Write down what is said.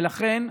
ולכן,